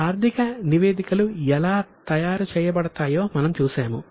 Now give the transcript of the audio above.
ఆర్థిక నివేదికలు ఎలా తయారు చేయబడతాయో మనం చూశాము